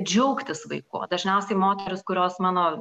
džiaugtis vaiku va dažniausiai moterys kurios mano